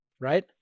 right